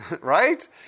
right